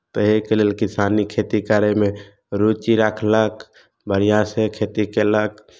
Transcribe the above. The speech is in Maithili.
तऽ एहिके लेल किसानी खेती करयमे रुचि राखलक बढ़िआँसँ खेती कयलक